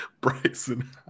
Bryson